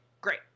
great